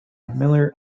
miller